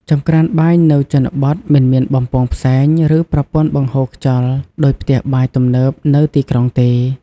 ចង្ក្រានបាយនៅជនបទមិនមានបំពង់ផ្សែង ឬប្រព័ន្ធបង្ហូរខ្យល់ដូចផ្ទះបាយទំនើបនៅទីក្រុងទេ។